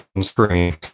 screen